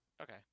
Okay